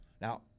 Now